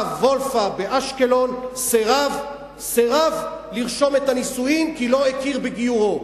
ורב העיר אשקלון סירב לרשום את הנישואין כי לא הכיר בגיורו,